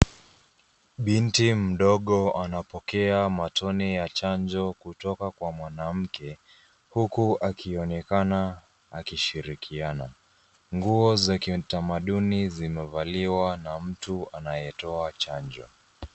Binti mdogo anapokea matone ya chanjo kutoka kwa mwanamke, huku akionekana akishirikiana. Nguo za kitamaduni zimevaliwa na mtu anayetoa chanjo.